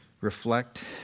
reflect